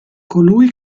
colui